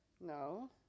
No